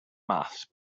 mass